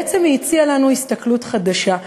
היא הציעה לנו הסתכלות חדשה,